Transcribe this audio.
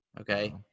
okay